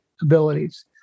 abilities